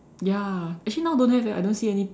ya actually now don't have eh I don't see any